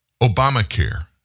Obamacare